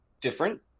different